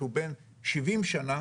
שהוא בן שבעים שנה,